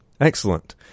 Excellent